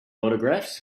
autographs